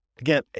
again